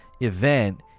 event